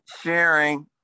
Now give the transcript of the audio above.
sharing